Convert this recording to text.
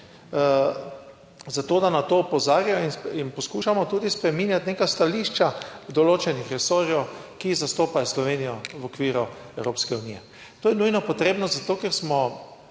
za to, da na to opozarjajo in poskušamo tudi spreminjati neka stališča določenih resorjev, ki zastopajo Slovenijo v okviru Evropske unije. To je nujno potrebno zato, ker smo